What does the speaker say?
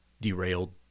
derailed